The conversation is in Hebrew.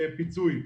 פיצוי.